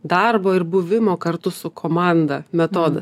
darbo ir buvimo kartu su komanda metodas